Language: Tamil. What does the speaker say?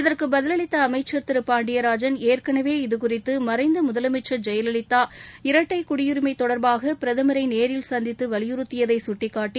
இதற்கு பதில் அளித்த அமைச்சர் திரு பாண்டியராஜன் ஏற்கனவே இதுகுறித்து மறைந்த முதலமைச்சர் ஜெயலலிதா இரட்டை குடியுரிமை தொடர்பாக பிரதமரை நேரில் சந்தித்து வலியுறுத்தியதை சுட்டிக்காட்டி